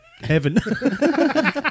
heaven